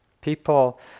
People